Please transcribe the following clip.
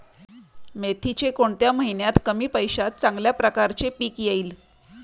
मेथीचे कोणत्या महिन्यात कमी पैशात चांगल्या प्रकारे पीक येईल?